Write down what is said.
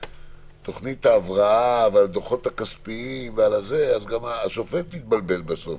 תוכנית ההבראה ועל הדוחות הכספיים אז גם השופט יתבלבל בסוף,